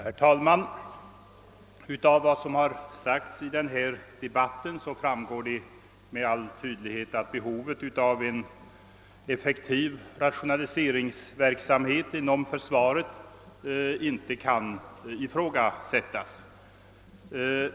Herr talman! Av vad som sagts i denna debatt framgår med all önskvärd tydlighet att behovet av en effektiv rationalisering inom försvaret inte kan ifrågasättas.